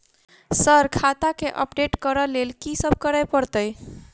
Sir खाता केँ update करऽ लेल की सब करै परतै?